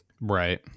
Right